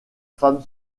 femme